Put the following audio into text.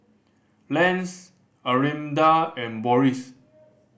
Lance Arminda and Boris